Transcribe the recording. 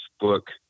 book